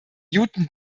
newton